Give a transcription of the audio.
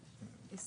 אי